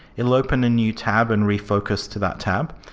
it will open a new tab and refocus to that tab,